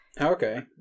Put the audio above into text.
Okay